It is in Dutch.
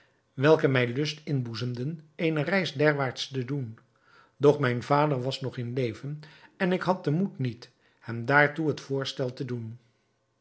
welke mij lust inboezemden eene reis derwaarts te doen doch mijn vader was nog in leven en ik had den moed niet hem daartoe het voorstel te doen